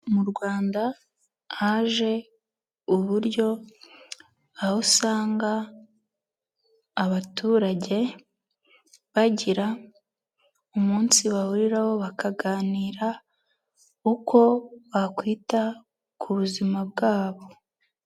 Mu Rwanda haje uburyo aho usanga abaturage bagira umunsi bahuriraho bakaganira uko bakwita ku buzima bwabo.